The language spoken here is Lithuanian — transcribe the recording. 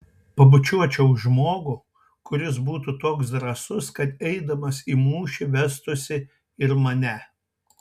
pabučiuočiau žmogų kuris būtų toks drąsus kad eidamas į mūšį vestųsi ir mane